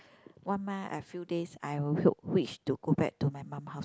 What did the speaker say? one month a few days I will wish to go back to my mum house